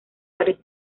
varios